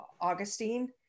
Augustine